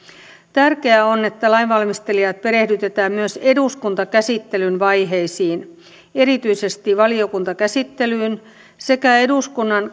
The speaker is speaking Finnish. tärkeää on että lainvalmistelijat perehdytetään myös eduskuntakäsittelyn vaiheisiin erityisesti valiokuntakäsittelyyn sekä eduskunnan